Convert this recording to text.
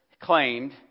claimed